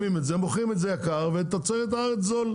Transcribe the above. מוכרים את זה יקר ואת תוצרת הארץ לא.